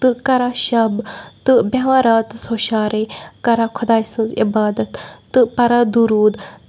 تہٕ کران شب تہٕ بیٚہوان راتَس ہُشارے کران خدایہِ سٕنٛز عبادت تہٕ پران دروٗد